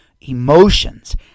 emotions